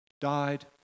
died